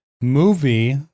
movie